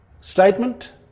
statement